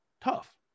tough